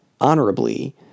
honorably